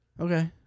Okay